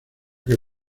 que